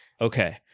Okay